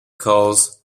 calls